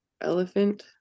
elephant